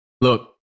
look